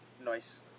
Nice